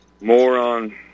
moron